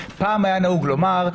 פעם היה נהוג לומר,